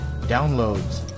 downloads